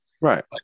Right